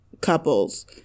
couples